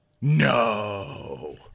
No